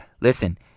Listen